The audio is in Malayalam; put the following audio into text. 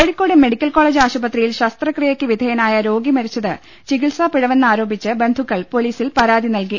കോഴിക്കോട് മെഡിക്കൽ കോളേജ് ആശുപത്രിയിൽ ശസ്ത്രക്രിയയ്ക്ക് വിധേയനായ രോഗി മരിച്ചത് ചികിത്സാ പിഴവെന്ന് ആരോപിച്ച് ബന്ധുക്കൾ പൊലീസിൽ പരാതി നൽകി